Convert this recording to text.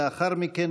לאחר מכן,